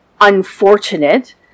unfortunate